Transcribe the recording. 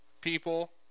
people